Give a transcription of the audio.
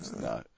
No